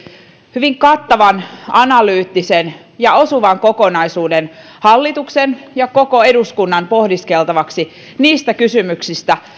hyvin kattavan analyyttisen ja osuvan kokonaisuuden hallituksen ja koko eduskunnan pohdiskeltavaksi niistä kysymyksistä